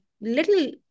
little